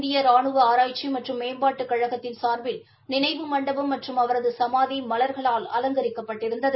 இந்திய ரானுவ ஆராய்ச்சி மற்றும் மேம்பாட்டு கழகத்தின் சார்பில் நினைவு மண்டபம் மற்றும் அவரது சுமாதி மலர்களால் அலங்கரிக்கப்பட்டிருந்தது